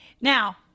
Now